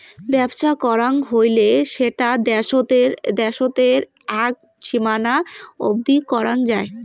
বেপছা করাং হৈলে সেটা দ্যাশোতের আক সীমানা অবদি করাং যাই